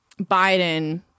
Biden